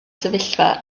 sefyllfa